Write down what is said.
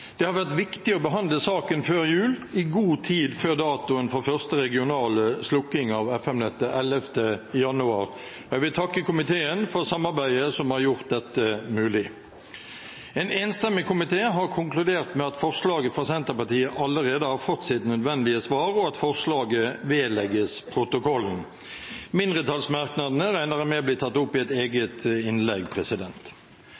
Det har vært viktig å behandle saken før jul, i god tid før datoen for første regionale slukking av FM-nettet den 11. januar. Jeg vil takke komiteen for samarbeidet som har gjort dette mulig. En enstemmig komité har konkludert med at forslaget fra Senterpartiet allerede har fått sitt nødvendige svar, og at forslaget vedlegges protokollen. Mindretallsmerknadene regner jeg med blir tatt opp i et